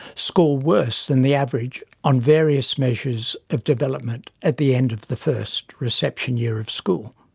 score worse than the average on various measures of development at the end of the first, reception, year of school.